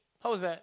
how was that